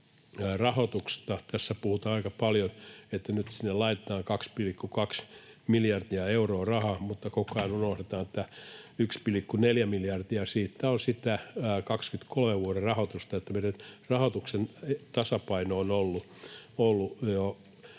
rahoitusta. Tässä puhutaan aika paljon, että nyt sinne laitetaan 2,2 miljardia euroa rahaa, mutta koko ajan unohdetaan, että 1,4 miljardia siitä on vuoden 23 rahoitusta ja että meidän rahoituksen tasapaino on ollut jo